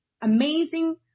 amazing